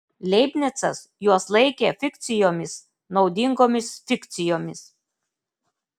leibnicas juos laikė fikcijomis naudingomis fikcijomis